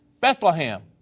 Bethlehem